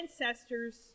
ancestors